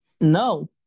No